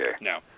No